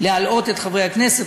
להלאות את חברי הכנסת.